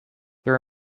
there